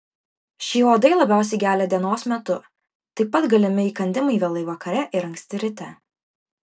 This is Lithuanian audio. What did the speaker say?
šie uodai labiausiai gelia dienos metu taip pat galimi įkandimai vėlai vakare ir anksti ryte